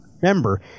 remember